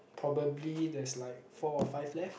probably there's like four or five left